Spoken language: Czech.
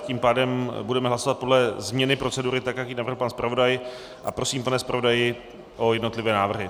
Tím pádem budeme hlasovat podle změny procedury, tak jak ji navrhl pan zpravodaj, a prosím, pane zpravodaji, o jednotlivé návrhy.